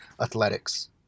athletics